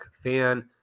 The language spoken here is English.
fan